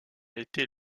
était